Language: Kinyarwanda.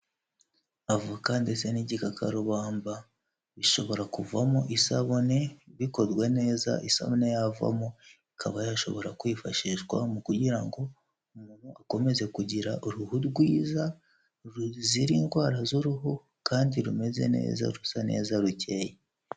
Avoka ndetse n'igikakarubamba bishobora kuvamo isabune bikozwe neza isabune yavamo ikaba yashobora kwifashishwa mu kugira ngo umuntu akomeze kugira uruhu rwiza ruzira indwara z'uruhu kandi rumeze neza rusa neza rukeye